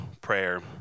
prayer